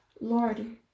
Lord